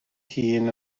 hun